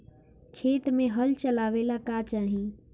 खेत मे हल चलावेला का चाही?